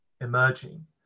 emerging